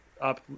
up